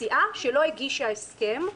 סיעה שלא הגישה הסכם,